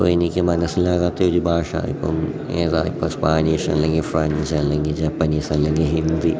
ഇപ്പം എനിക്ക് മനസ്സിലാകാത്ത ഒരു ഭാഷ ഇപ്പം ഏതാ ഇപ്പം സ്പാനീഷ് അല്ലെങ്കിൽ ഫ്രഞ്ച് അല്ലെങ്കി ജപ്പനീസ് അല്ലെങ്കിൽ ഹിന്ദി